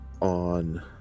on